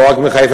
לא רק בחיפה,